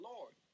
Lord